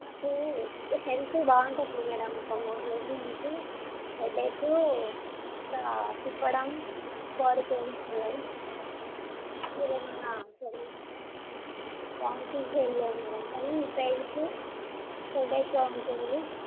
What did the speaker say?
నాకు హెల్త్ బాగుండట్లేదు మేడం ఒక మూడు రోజుల నుంచి హెడేక్ అంతా తిప్పడం బాడీ పెయిన్స్ ఉన్నాయి మీరు ఏమన్న సలహా వామిటింగ్స్ ఏమి లేవు మేడం కానీ పెయిన్స్ హెడేక్గా ఉంటుంది